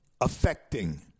affecting